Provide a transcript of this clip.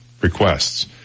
requests